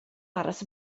aros